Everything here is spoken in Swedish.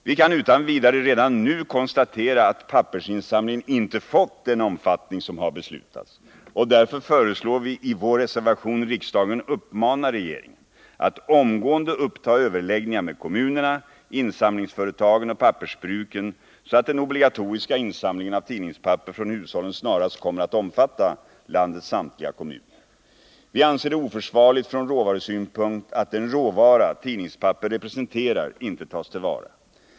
Vi kan utan vidare redan nu konstatera att pappersinsamlingen inte fått den omfattning som har beslutats. Därför föreslår vi i vår reservation riksdagen uppmana regeringen att omgående uppta överläggningar med kommunerna, insamlingsföretagen och pappersbruken, så att den obligatoriska insamlingen av tidningspapper från hushållen snarast kommer att omfatta landets samtliga kommuner. Vi anser det från råvarusynpunkt oförsvarligt att den råvara som tidningspapper representerar inte tas till vara.